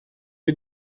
wir